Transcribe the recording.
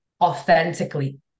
authentically